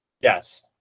Yes